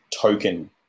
token